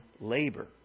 labor